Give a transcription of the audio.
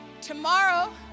Tomorrow